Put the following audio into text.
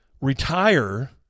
retire